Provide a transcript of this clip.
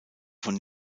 von